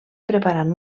preparant